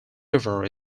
river